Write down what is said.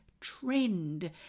trend